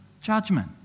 judgment